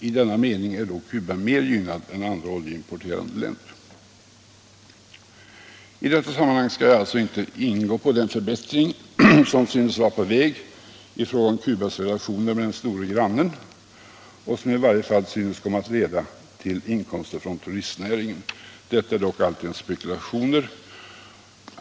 I denna mening är då Cuba mer gynnat än andra oljeimporterande länder. I det här sammanhanget skall jag inte ingå på den förbättring som synes vara på väg i fråga om Cubas relationer med den stora grannen och som i varje fall synes komma att leda till inkomster från turistnäringen. Detta är dock alltjämt spekulationer.